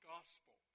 Gospel